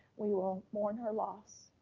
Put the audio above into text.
we will mourn her loss